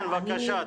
כן בבקשה.